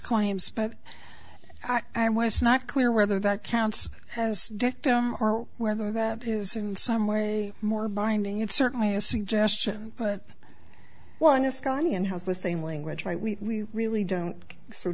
claims but i was not clear whether that counts as dictum or whether that is in some way more binding it's certainly a suggestion but well in this county and house the same language right we really don't sort